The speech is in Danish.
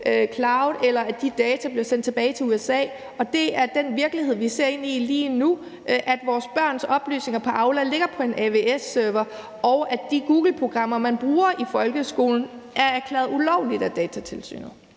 cloud, eller at de data bliver sendt tilbage til USA. Og det er den virkelighed, vi ser ind i lige nu, nemlig at vores børns oplysninger i Aula ligger på en AWS-server , og at de googleprogrammer, man bruger i folkeskolen, er erklæret ulovlige af Datatilsynet.